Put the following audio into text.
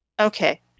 Okay